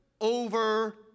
over